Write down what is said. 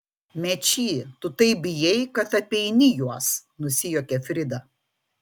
mečy tu taip bijai kad apeini juos nusijuokė frida